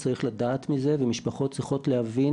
צריך לדעת מזה ומשפחות צריכות להבין